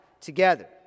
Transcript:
together